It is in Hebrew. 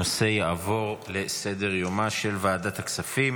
הנושא יעבור לסדר-יומה של ועדת הכספים.